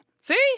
See